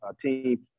team